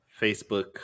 Facebook